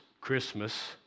Christmas